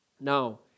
Now